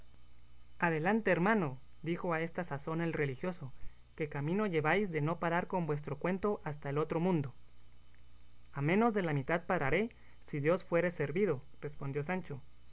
adelante hermano dijo a esta sazón el religioso que camino lleváis de no parar con vuestro cuento hasta el otro mundo a menos de la mitad pararé si dios fuere servido respondió sancho